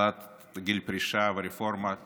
העלאת גיל פרישה, רפורמת